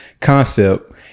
concept